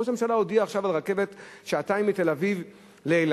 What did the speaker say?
ראש הממשלה הודיע עכשיו על רכבת שתיסע שעתיים מתל-אביב לאילת.